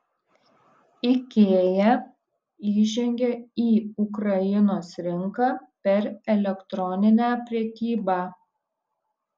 ikea įžengė į ukrainos rinką per elektroninę prekybą